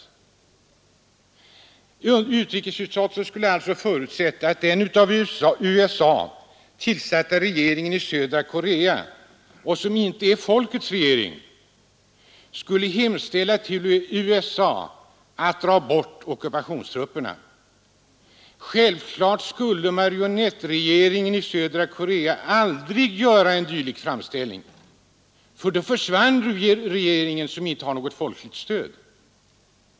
Utrikesutskottet förutsätter alltså att den av USA tillsatta regimen i södra Korea, som inte är folkets regering, skulle hemställa till USA att dra bort ockupationstrupperna. Självklart skulle marionettregeringen i södra Korea aldrig göra en dylik framställning, för då försvann ju regeringen, som inte har något folkligt stöd.